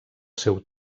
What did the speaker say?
seu